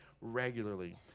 regularly